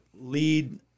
lead